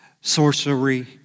sorcery